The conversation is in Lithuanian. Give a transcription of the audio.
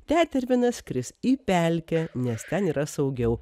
tetervinas skris į pelkę nes ten yra saugiau